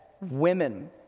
women